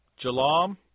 Jalam